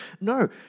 No